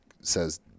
says